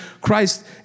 Christ